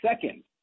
second